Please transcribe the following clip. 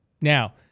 Now